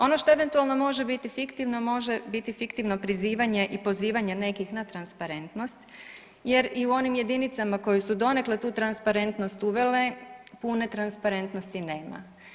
Ono što eventualno može biti fiktivno, može biti fiktivno prizivanje i pozivanje nekih na transparentnost, jer u i onim jedinicama koje su donekle tu transparentnost uvele, pune transparentnosti nema.